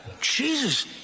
Jesus